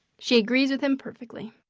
she agrees with him perfectly.